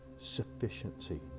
sufficiency